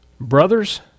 brothers